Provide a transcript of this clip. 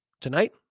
Tonight